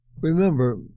Remember